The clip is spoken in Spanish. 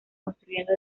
construyendo